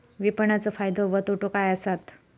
विपणाचो फायदो व तोटो काय आसत?